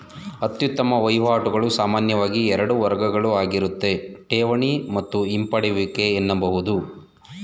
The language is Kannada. ಅತ್ಯುತ್ತಮ ವಹಿವಾಟುಗಳು ಸಾಮಾನ್ಯವಾಗಿ ಎರಡು ವರ್ಗಗಳುಆಗಿರುತ್ತೆ ಠೇವಣಿ ಮತ್ತು ಹಿಂಪಡೆಯುವಿಕೆ ಎನ್ನಬಹುದು